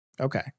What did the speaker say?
Okay